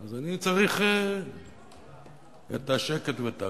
אני צריך את השקט והשלווה.